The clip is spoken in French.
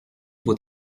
vos